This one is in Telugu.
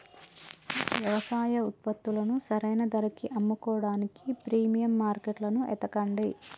యవసాయ ఉత్పత్తులను సరైన ధరకి అమ్ముకోడానికి ప్రీమియం మార్కెట్లను ఎతకండి